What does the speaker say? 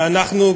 ואנחנו,